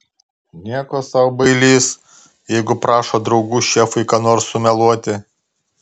nieko sau bailys jeigu prašo draugų šefui ką nors sumeluoti